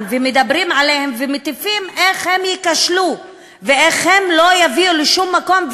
ומדברים עליהם ומטיפים איך הם ייכשלו ואיך הם לא יביאו לשום מקום,